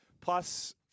Plus